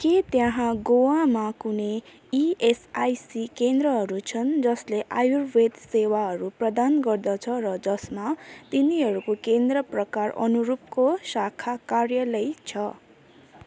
के त्यहाँ गोवामा कुनै ई एस आई सी केन्द्रहरू छन् जसले आयुर्वेद सेवाहरू प्रदान गर्दछ र जसमा तिनीहरूको केन्द्र प्रकार अनुरूपको शाखा कार्यालय छ